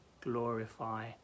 glorify